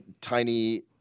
tiny